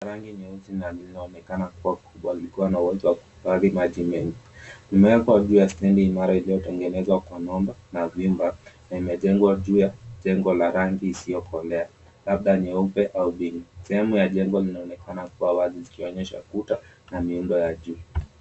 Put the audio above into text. Rangi nyeusi na lililoonekana kuwa kubwa likiwa na uwezo wa kuhifadhi maji mengi imewekwa juu ya stendi imara iliyotengenezwa kwa mwamba na vyumba na imejengwa juu ya jengo iliyo na rangi isiyokolea labda nyeupe au jivu. Sehemu ya jengo linaonekana kuwa wazi zikionyesha kuta na miundo ya juu.